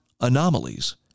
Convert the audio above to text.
anomalies